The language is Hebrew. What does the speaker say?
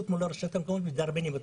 מול הרשויות המקומיות ומדרבנים אותן.